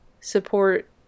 support